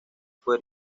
fue